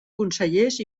consellers